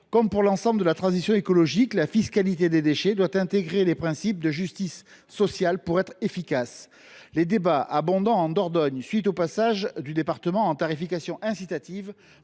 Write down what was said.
Comme pour l’ensemble de la transition écologique, la fiscalité des déchets doit intégrer les principes de justice sociale pour être efficace. Les débats abondants en Dordogne, à la suite du passage du département en tarification incitative,